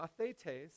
mathetes